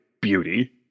beauty